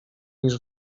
niż